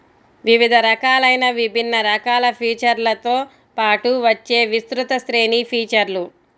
వివిధ రకాలైన విభిన్న రకాల ఫీచర్లతో పాటు వచ్చే విస్తృత శ్రేణి ఫీచర్లు